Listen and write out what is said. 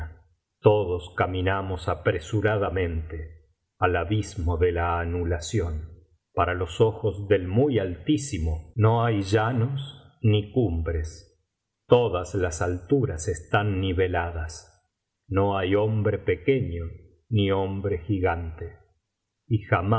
todos caminamos apresuradamente al abismo de la anulación para los ojos del rrmy altísimo no hay llanos ni biblioteca valenciana generalitat valenciana historia de dulce amiga cumbres todas las altaras están niveladas no hay hombre pequeño ni hombre gigante í y